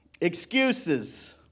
Excuses